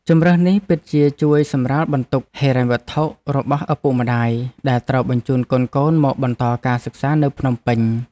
ជម្រើសនេះពិតជាជួយសម្រាលបន្ទុកហិរញ្ញវត្ថុរបស់ឪពុកម្ដាយដែលត្រូវបញ្ជូនកូនៗមកបន្តការសិក្សានៅភ្នំពេញ។